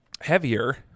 heavier